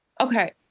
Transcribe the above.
Okay